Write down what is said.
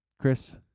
Chris